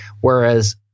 whereas